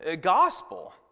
gospel